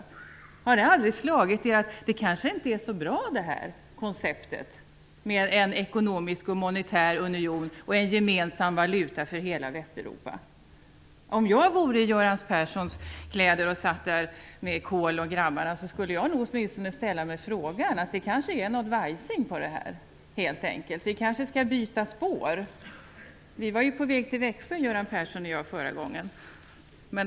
Har det aldrig slagit er att det kanske inte är så bra det här konceptet med en ekonomisk och monetär union och en gemensam valuta för hela Västeuropa? Om jag vore i Göran Perssons kläder och satt där med Kohl och grabbarna skulle jag nog åtminstone ställa mig frågan: Det kanske är något vajsing med det här, helt enkelt? Vi kanske skall byta spår? Vi var ju på väg till Växjö Göran Persson och jag förra gången.